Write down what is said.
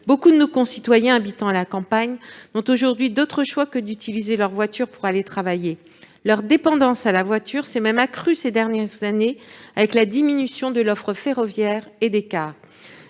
Beaucoup de nos concitoyens habitant à la campagne n'ont aujourd'hui d'autre choix que d'utiliser leur voiture pour aller travailler. Leur dépendance à la voiture s'est même accrue ces dernières années avec la diminution de l'offre ferroviaire et de cars.